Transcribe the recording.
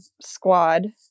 squad